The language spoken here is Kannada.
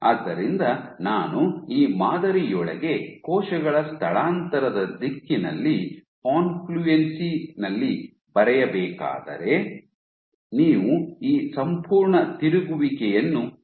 ಆದ್ದರಿಂದ ನಾನು ಈ ಮಾದರಿಯೊಳಗೆ ಕೋಶಗಳ ಸ್ಥಳಾಂತರದ ದಿಕ್ಕಿನಲ್ಲಿ ಕಾಂಫ್ಲ್ಯೂಎನ್ಸಿ ದಲ್ಲಿ ಬರೆಯಬೇಕಾದರೆ ನೀವು ಈ ಸಂಪೂರ್ಣ ತಿರುಗುವಿಕೆಯನ್ನು ನೋಡುತ್ತೀರಿ